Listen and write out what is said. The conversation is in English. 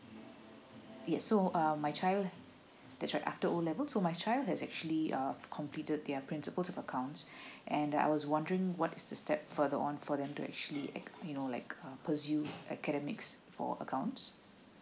yes so um my child that's right after O level so my child has actually uh completed their principal of accounts and I was wondering what is the step further on for them to actually act you know like persuade academics for accounts